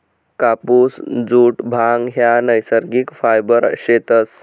कापुस, जुट, भांग ह्या नैसर्गिक फायबर शेतस